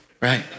right